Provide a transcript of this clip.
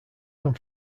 come